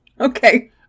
okay